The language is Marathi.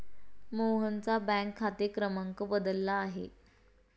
मोहनचा बँक खाते क्रमांक बदलला आहे